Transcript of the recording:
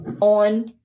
on